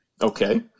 Okay